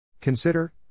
Consider